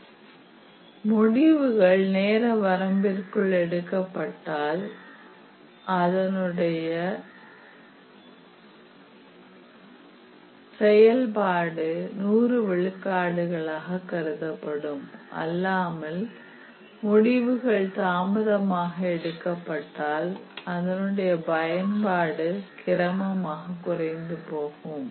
படத்தில் உள்ளபடி முடிவுகள் வரம்பிற்குள் எடுக்கப்பட்டால் அதனுடைய பயன்பாடு 100 விழுக்காடு கருதப்படும் அல்லாமல் முடிவுகள் தாமதமாக எடுக்கப்பட்டால் அதனுடைய பயன்பாடு கிரமமாக குறைந்து போகும்